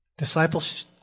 Disciples